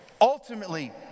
ultimately